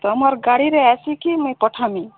ତୁମର ଗାଡ଼ିରେ ଆସିକି ମୁଇଁ ପଠାମି